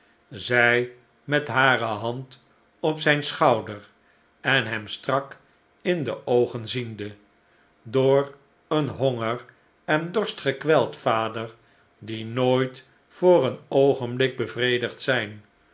zij met hare hand op zijn schouder en hem strak in de oogen ziende door een honger en dorst gekweld vader die nooit voor een oogenblik bevredigd zijn